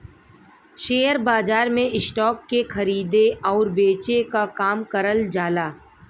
share बाजार में stock के खरीदे आउर बेचे क काम करल जाला